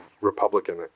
Republican